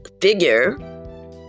figure